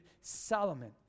Solomon